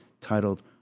titled